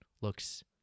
looks